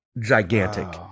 Gigantic